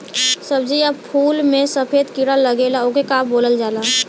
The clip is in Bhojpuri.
सब्ज़ी या फुल में सफेद कीड़ा लगेला ओके का बोलल जाला?